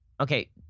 Okay